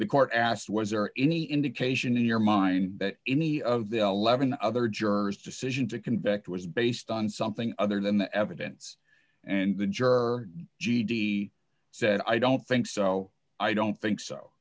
the court asked was there any indication in your mind that any of the eleven other jurors decision to convict was based on something other than the evidence and the juror g d said i don't think so i don't think so